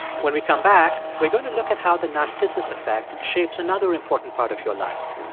when we come back, we're going to look at how the narcissus effect shapes another important part of your life.